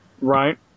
right